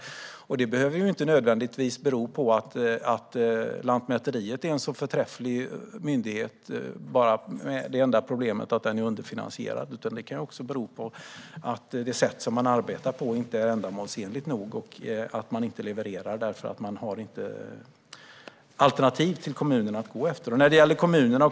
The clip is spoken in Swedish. Det behöver inte nödvändigtvis bero på att Lantmäteriet är en så förträfflig myndighet med det enda problemet att den är underfinansierad. Det kan också bero på att det sätt som man arbetar på inte är ändamålsenligt nog och att man inte levererar eftersom det inte finns alternativ för kommunerna.